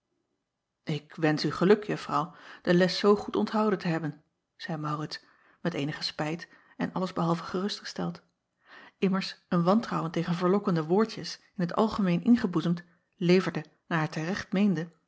k wensch u geluk uffrouw de les zoo goed onthouden te hebben zeî aurits met eenigen spijt en alles behalve gerustgesteld immers een wantrouwen tegen verlokkende woordjes in t algemeen ingeboezemd leverde naar hij te recht meende